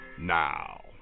now